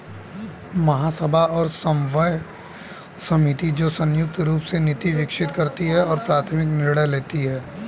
महासभा और समन्वय समिति, जो संयुक्त रूप से नीति विकसित करती है और प्राथमिक निर्णय लेती है